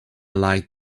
light